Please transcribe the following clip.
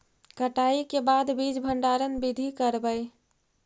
कटाई के बाद बीज भंडारन बीधी करबय?